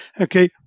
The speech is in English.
okay